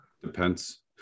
Depends